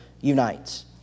unites